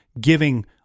giving